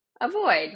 avoid